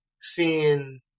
seeing